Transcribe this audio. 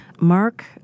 Mark